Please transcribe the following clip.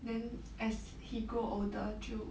then as he grow older 就